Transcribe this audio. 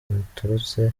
baturutse